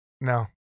No